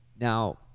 now